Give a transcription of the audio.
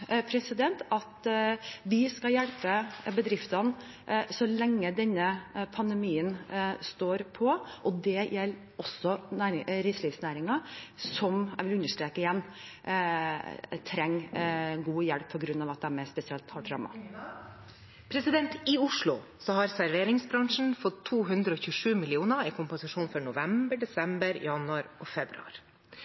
at vi skal hjelpe bedriftene så lenge denne pandemien står på, og det gjelder også reiselivsnæringen, som, jeg vil understreke igjen, trenger god hjelp på grunn av at de er spesielt hardt rammet. I Oslo har serveringsbransjen fått 227 mill. kr i kompensasjon for november,